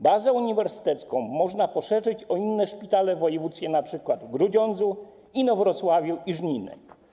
Bazę uniwersytecką można poszerzyć o inne szpitale wojewódzkie, np. w Grudziądzu, Inowrocławiu i Żninie.